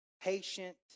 patient